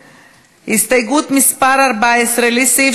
הסתייגות מס' 14 לסעיף